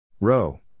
Row